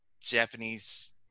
Japanese